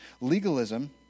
Legalism